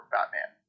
Batman